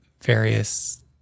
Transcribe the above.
various